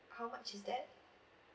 how much is that